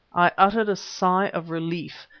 i uttered a sigh of relief,